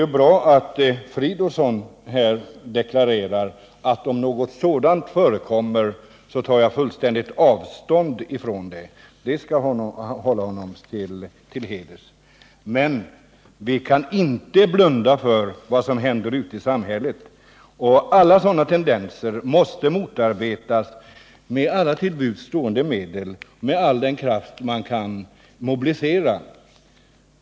Det är bra att herr Fridolfsson här deklarerar att om någonting sådant förekommer, så tar han fullständigt avstånd från det — det är hedervärt. Men vi kan inte blunda för vad som händer ute i samhället. Och alla sådana tendenser måste motarbetas ned alla till buds stående medel och all den kraft som kan mobiliseras.